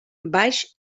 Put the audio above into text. baix